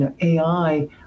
AI